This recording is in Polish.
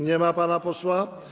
Nie ma pana posła?